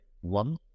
one